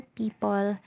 people